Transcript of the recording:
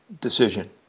decision